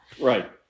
Right